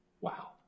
Wow